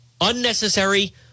unnecessary